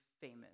famous